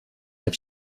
have